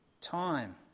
time